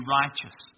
righteous